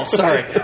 sorry